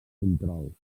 control